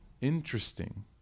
interesting